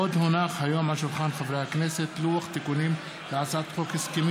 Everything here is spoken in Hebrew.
עוד הונח היום על שולחן הכנסת לוח תיקונים להצעת חוק הסכמים